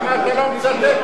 אני מציע,